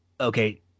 Okay